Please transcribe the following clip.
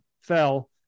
fell